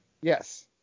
Yes